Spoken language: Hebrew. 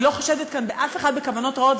אני לא חושדת כאן באף אחד בכוונות רעות,